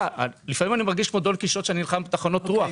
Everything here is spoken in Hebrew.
לפעמים אני מרגיש כמו דון קישוט שנלחם בתחנות רוח.